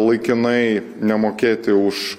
laikinai nemokėti už